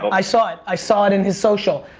but i saw it. i saw it in his social.